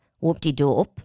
Whoop-de-doop